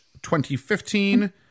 2015